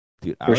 Dude